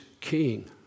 King